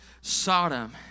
Sodom